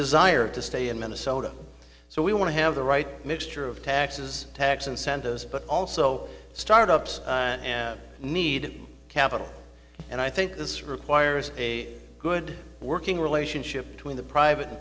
desire to stay in minnesota so we want to have the right mixture of taxes tax incentives but also startups need capital and i think this requires a good working relationship between the private and